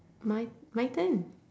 my my turn